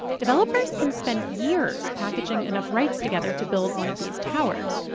developers can spend years packaging enough rights together to build one of these towers.